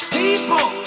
people